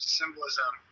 symbolism